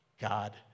God